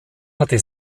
hatte